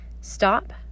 Stop